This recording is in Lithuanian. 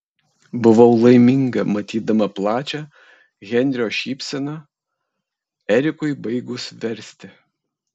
buvau laiminga matydama plačią henrio šypseną erikui baigus versti